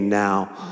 now